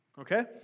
okay